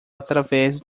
através